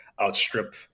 outstrip